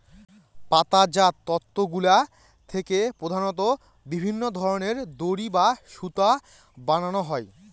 পাতাজাত তন্তুগুলা থেকে প্রধানত বিভিন্ন ধরনের দড়ি বা সুতা বানানো হয়